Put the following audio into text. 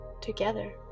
together